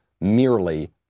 merely